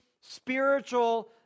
spiritual